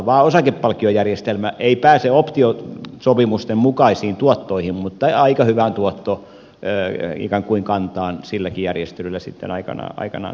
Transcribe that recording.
osakepalkkiojärjestelmä ei pääse optiosopimusten mukaisiin tuottoihin mutta aika hyvään ikään kuin tuottokantaan silläkin järjestelyllä sitten aikanaan päästiin